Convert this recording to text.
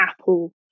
Apple